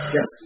Yes